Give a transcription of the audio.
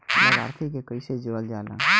लभार्थी के कइसे जोड़ल जाला?